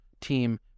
team